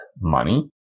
money